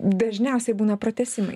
dažniausiai būna pratęsimai